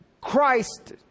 Christ